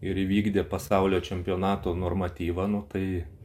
ir įvykdė pasaulio čempionato normatyvą nu tai